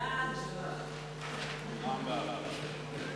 ההצעה להעביר את הצעת חוק המכר (דירות)